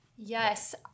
Yes